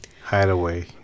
Hideaway